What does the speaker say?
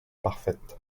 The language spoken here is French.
parfaite